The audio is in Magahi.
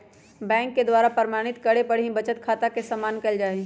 बैंक के द्वारा प्रमाणित करे पर ही बचत खाता के मान्य कईल जाहई